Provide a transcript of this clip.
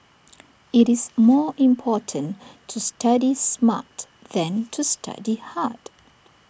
IT is more important to study smart than to study hard